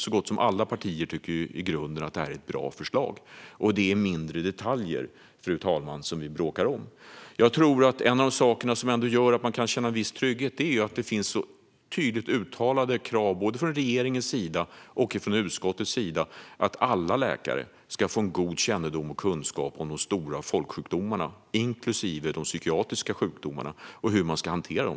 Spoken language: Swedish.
Så gott som alla partier tycker i grunden att detta är ett bra förslag, och det är mindre detaljer, fru talman, som vi bråkar om. Jag tror att en av de saker som gör att man kan känna en viss trygghet är att det finns tydligt uttalade krav från både regeringens och utskottets sida på att alla läkare ska få en god kännedom och kunskap om de stora folksjukdomarna, inklusive de psykiatriska sjukdomarna, och om hur de ska hanteras.